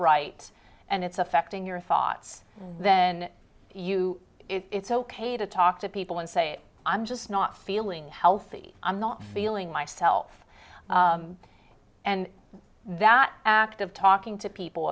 right and it's affecting your thoughts then you it's ok to talk to people and say i'm just not feeling healthy i'm not feeling myself and that active talking to people